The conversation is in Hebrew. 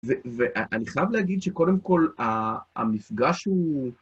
ואני חייב להגיד שקודם כל, המפגש הוא...